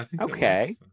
Okay